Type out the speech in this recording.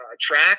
track